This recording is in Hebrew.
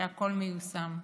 שהכול מיושם.